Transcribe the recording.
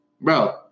bro